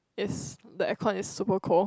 is the air con is super cold